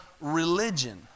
religion